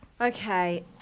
Okay